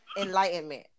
enlightenment